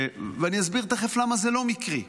ואני אסביר תכף למה זה לא מקרי,